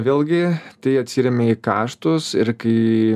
vėlgi tai atsiremia į kaštus ir kai